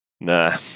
Nah